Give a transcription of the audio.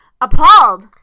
Appalled